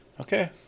Okay